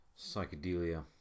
psychedelia